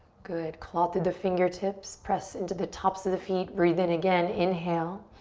good, claw through the fingertips. press into the tops of the feet. breathe in again, inhale.